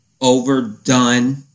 overdone